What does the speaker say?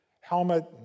helmet